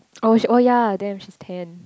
oh shit oh yea damn she's ten